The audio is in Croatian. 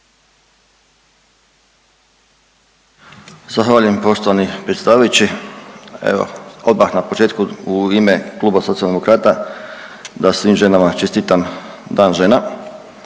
Zahvaljujem poštovani predsjedavajući. Evo odmah na početku u ime Kluba Socijaldemokrata da svim ženama čestitam Dan žena